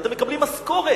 אתם מקבלים משכורת,